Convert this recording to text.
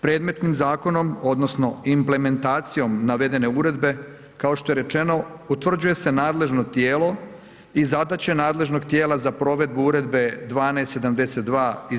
Predmetnim zakonom, odnosno implementacijom navedene uredbe kao što je rečeno utvrđuje se nadležno tijelo i zadaće nadležnog tijela za provedbu Uredbe 12/